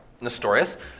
Nestorius